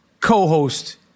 co-host